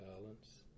balance